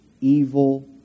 evil